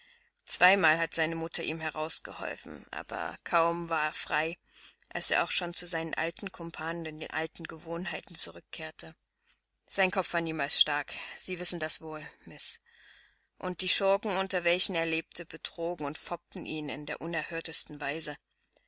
zweimal hat seine mutter ihm heraus geholfen aber kaum war er frei als er auch schon zu seinen alten kumpanen und alten gewohnheiten zurückkehrte sein kopf war niemals stark sie wissen das wohl miß und die schurken unter welchen er lebte betrogen und foppten ihn in der unerhörtesten weise